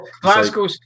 Glasgow